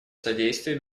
содействии